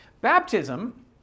Baptism